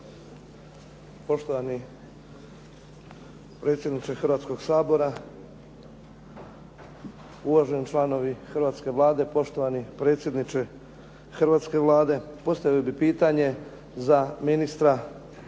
Poštovani predsjedniče Hrvatskoga sabora, uvaženi članovi hrvatske Vlade, poštovani predsjedniče hrvatske Vlade. Postavio bih pitanje za ministra